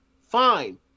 fine